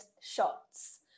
shots